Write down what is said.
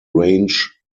range